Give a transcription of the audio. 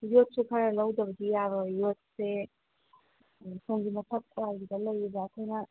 ꯌꯣꯠꯁꯨ ꯈꯔ ꯂꯧꯗꯕꯗꯤ ꯌꯥꯔꯣꯏ ꯌꯣꯠꯁꯦ ꯁꯣꯝꯒꯤ ꯃꯊꯛ ꯀꯥꯒꯤꯗ ꯂꯩꯔꯤꯕ ꯑꯩꯈꯣꯏꯅ